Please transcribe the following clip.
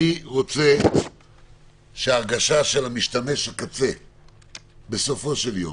אני רוצה שההנגשה של משתמש הקצה בסופו של יום